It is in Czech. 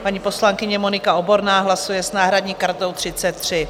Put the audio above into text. Paní poslankyně Monika Oborná hlasuje s náhradní kartou 33.